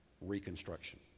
reconstruction